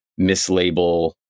mislabel